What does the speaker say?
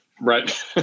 right